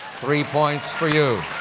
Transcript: three points for you.